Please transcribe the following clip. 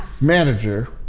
manager